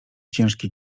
ciężki